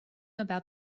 about